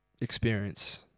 experience